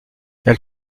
elle